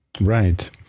Right